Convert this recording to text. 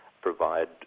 provide